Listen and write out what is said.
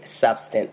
substance